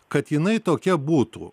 kad jinai tokia būtų